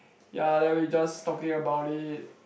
ya then we just talking about it